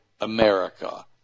America